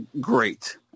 great